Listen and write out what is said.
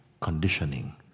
conditioning